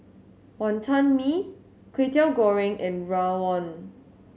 Wantan Mee Kwetiau Goreng and rawon